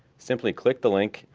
simply click the link,